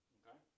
okay